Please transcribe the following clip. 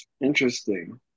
interesting